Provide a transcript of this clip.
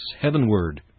heavenward